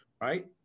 Right